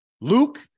luke